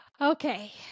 okay